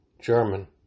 German